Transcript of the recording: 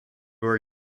are